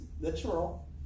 literal